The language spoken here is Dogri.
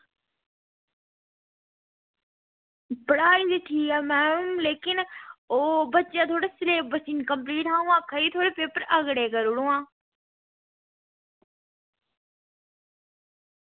पढ़ाई ते ठीक ऐ मैम लेकिन ओह् बच्चें दा थोह्ड़ा सिलेब्स इन कम्पलीट हा अं'ऊ आक्खा दी ही कि भई थोह्ड़े पेपर अगड़े करी ओड़ हां